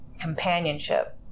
companionship